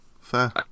fair